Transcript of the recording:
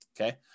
Okay